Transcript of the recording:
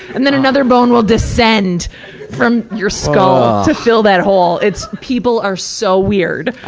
and then another bone will descend from your skull to fill that hole. it's, people are so weird.